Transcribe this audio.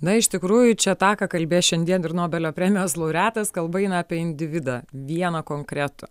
na iš tikrųjų čia tą ką kalbės šiandien ir nobelio premijos laureatas kalba eina apie individą vieną konkretų